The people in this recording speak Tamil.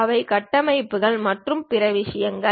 வகையான கட்டமைப்புகள் மற்றும் பிற விஷயங்கள்